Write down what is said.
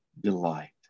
delight